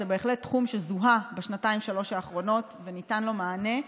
זה בהחלט תחום שזוהה בשנתיים-שלוש האחרונות וניתן לו מענה,